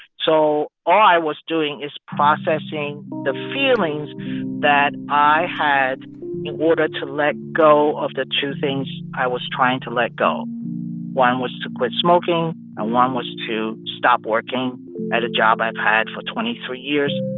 so all i was doing is processing the feelings that i had in order to let go of the two things i was trying to let go um one was to quit smoking and ah one was to stop working at a job i've had for twenty three years.